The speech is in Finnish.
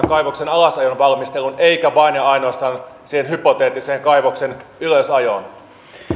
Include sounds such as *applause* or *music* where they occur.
*unintelligible* kaivoksen alasajon valmisteluun eikä vain ja ainoastaan siihen hypoteettiseen kaivoksen ylösajoon